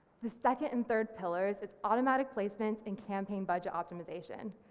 the second and third pillar is is automatic placements and campaign budget optimisation.